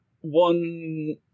one